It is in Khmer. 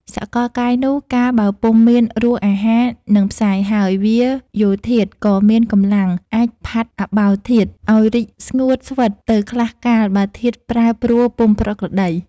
សកល កាយនោះ កាលបើពុំមានរសអាហារនឹងផ្សាយហើយ វាយោធាតុក៏មានកម្លាំង អាចផាត់អាបោធាតុ ឲ្យរីងស្ងួតស្វិតទៅខ្លះកាលបើធាតុប្រែប្រួលពុំប្រក្រតី។